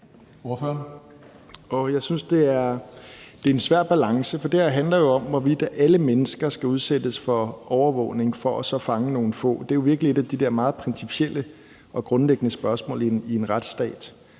Jeg synes, det er en svær balance, for det her handler jo om, hvorvidt alle mennesker skal udsættes for overvågning for at fange nogle få. Det er jo virkelig et af de der meget principielle og grundlæggende spørgsmål i en retsstat,